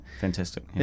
Fantastic